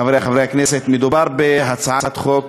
חברי חברי הכנסת, מדובר בהצעת חוק